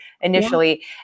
initially